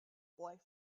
boy